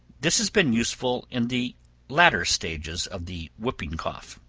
this has been useful in the latter stages of the whooping cough.